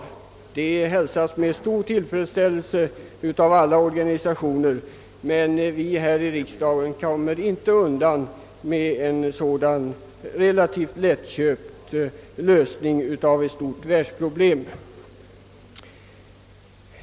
Ett sådant hälsas med stor tillfredsställelse av alla organisationer, men vi i riksdagen kommer inte undan med en så relativt lättköpt lösning av ett stort världsproblem.